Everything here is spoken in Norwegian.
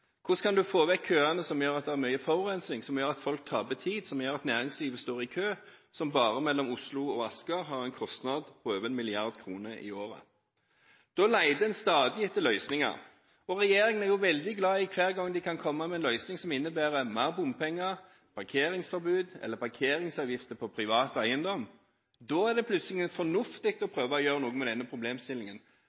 hvordan man kan få vekk køene som gjør at det er mye forurensing, som gjør at folk taper tid, og som gjør at næringslivet står i kø, som bare mellom Oslo og Asker har en kostnad på over 1 mrd. kr i året. Da leter en stadig etter løsninger. Regjeringen er jo veldig glad hver gang den kan komme med en løsning som innebærer mer bompenger, parkeringsforbud eller parkeringsavgifter på privat eiendom. Da er det plutselig fornuftig å prøve å gjøre noe med denne problemstillingen.